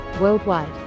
worldwide